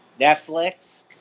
Netflix